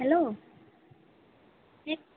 hello